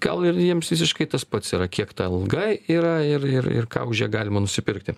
gal ir jiems visiškai tas pats yra kiek ta alga yra ir ir ir ką už ją galima nusipirkti